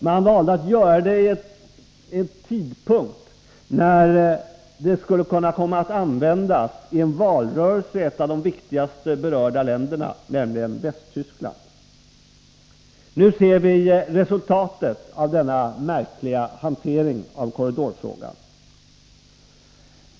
Man valde att göra detta vid en tidpunkt när frågan skulle kunna komma att användas i en valrörelse i ett av de viktigaste berörda länderna, nämligen Västtyskland. Nu ser vi resultatet av denna märkliga hantering av korridorfrågan.